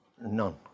None